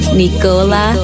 nicola